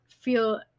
feel